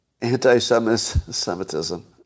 anti-Semitism